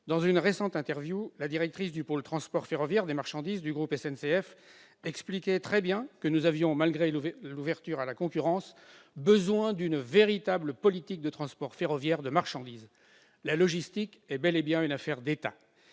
dans une récente interview, la directrice du pôle transport ferroviaire de marchandises du groupe SNCF expliquait très bien que nous avions, malgré l'ouverture à la concurrence, « besoin d'une véritable politique du transport ferroviaire de marchandises ». La logistique est bel et bien une affaire d'État